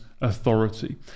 authority